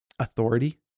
authority